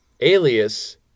alias